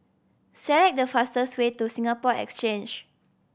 select the fastest way to Singapore Exchange